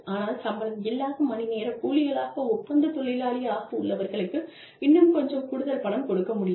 ஆனால் சம்பளம் இல்லாத மணி நேர கூலிகளாக ஒப்பந்த தொழிலாளியாக உள்ளவர்களுக்கு இன்னும் கொஞ்சம் கூடுதல் பணம் கொடுக்க முடியும்